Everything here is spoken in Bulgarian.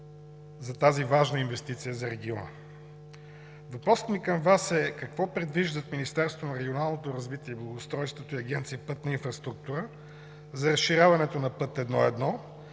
за тази важна инвестиция за региона. Въпросът ми към Вас е: какво предвиждат Министерството на регионалното развитие и благоустройството и Агенция „Пътна инфраструктура“ за разширяването на път I